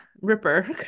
ripper